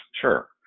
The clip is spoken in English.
Sure